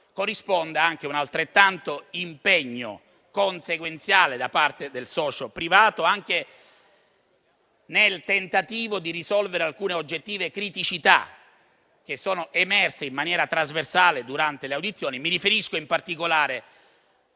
corrisponda anche un impegno conseguenziale da parte del socio privato, anche nel tentativo di risolvere alcune oggettive criticità che sono emerse in maniera trasversale durante le audizioni. Mi riferisco, in particolare,